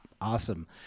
Awesome